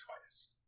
twice